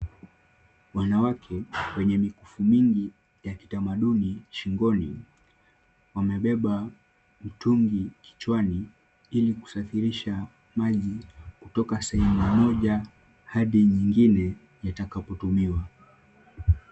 Wanawake wenye mikufu mingi ya kitamaduni shingoni, wamebeba mtungi kichwani ili kusafirisha maji kutoka sehemu moja hadi nyingine yatakapotumiwa.